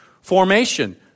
formation